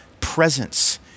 presence